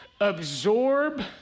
absorb